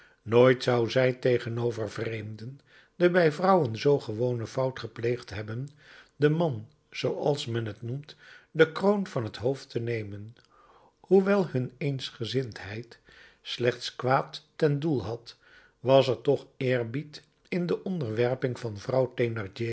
nooit zou zij tegenover vreemden de bij vrouwen zoo gewone fout gepleegd hebben den man zooals men t noemt de kroon van t hoofd te nemen hoewel hun eensgezindheid slechts kwaad ten doel had was er toch eerbied in de onderwerping van vrouw